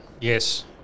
Yes